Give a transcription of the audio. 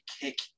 kick